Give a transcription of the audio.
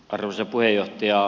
arvoisa puheenjohtaja